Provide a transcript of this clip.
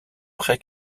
pré